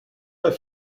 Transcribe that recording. pas